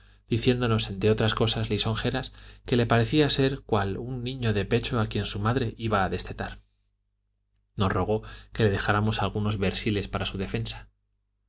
diciéndonos entre otras cosas lisonjeras que le parecía ser cual un niño de pecho a quien su madre va a destetar nos rogó que le dejáramos algunos bersiles para su defensa